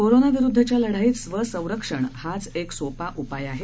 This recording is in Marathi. कोरोनाविरुद्धच्या लढाईत स्वसंरक्षण हाच एक सोपा उपाय आहे